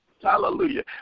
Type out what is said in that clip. Hallelujah